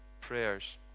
prayers